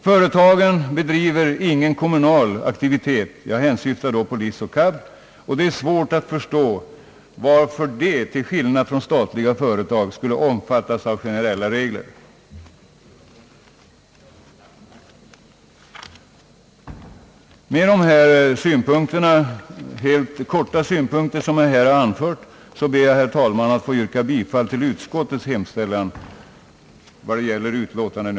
LIC och KAB bedriver ingen kommunal aktivitet, och det är svårt att förstå varför de, till skillnad från statliga företag, skulle omfattas av generella regler. Med dessa synpunkter, som jag här anfört, ber jag, herr talman, få yrka bifall till utskottets hemställan.